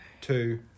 two